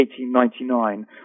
1899